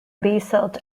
basalt